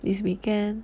this weekend